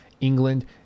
england